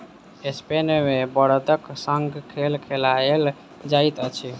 Spain मे बड़दक संग खेल खेलायल जाइत अछि